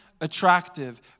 attractive